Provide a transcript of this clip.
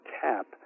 tap